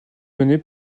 menées